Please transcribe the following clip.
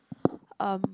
um